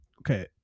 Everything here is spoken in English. Okay